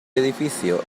edificio